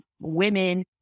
women